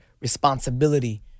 responsibility